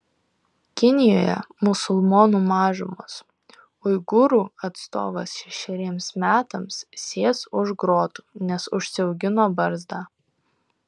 kinijoje musulmonų mažumos uigūrų atstovas šešeriems metams sės už grotų nes užsiaugino barzdą